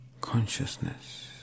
consciousness